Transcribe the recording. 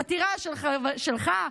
עתירה שלך,